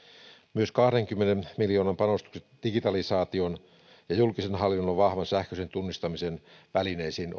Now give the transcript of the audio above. myös kahdenkymmenen miljoonan panostukset digitalisaation ja julkisen hallinnon vahvan sähköisen tunnistamisen välineisiin